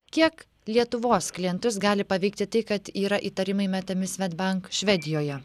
kiek lietuvos klientus gali paveikti tai kad yra įtarimai metami svedbank švedijoje